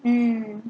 mm